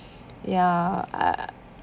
ya I